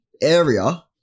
Area